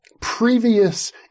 previous